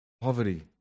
Poverty